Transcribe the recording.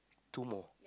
two more